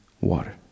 water